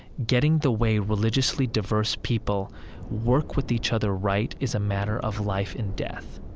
getting the way religiously diverse people work with each other right is a matter of life and death.